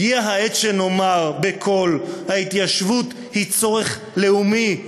הגיעה העת שנאמר בקול: ההתיישבות היא צורך לאומי.